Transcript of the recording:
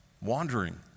wandering